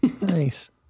nice